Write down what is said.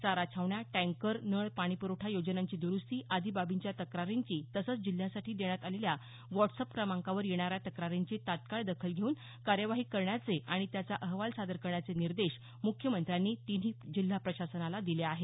चारा छावण्या टँकर नळ पाणी प्रवठा योजनांची द्रुस्ती आदी बाबींच्या तक्रारींची तसंच जिल्ह्यासाठी देण्यात आलेल्या व्हॉटसअप क्रमांकावर येणाऱ्या तक्रारींची तात्काळ दखल घेऊन कार्यवाही करण्याचे आणि त्याचा अहवाल सादर करण्याचे निर्देश मुख्यमंत्र्यांनी तिन्ही जिल्हा प्रशासनाला दिले आहेत